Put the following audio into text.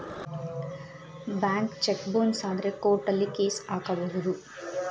bank cheque bounce ಆದ್ರೆ ಕೋರ್ಟಲ್ಲಿ case ಹಾಕಬಹುದು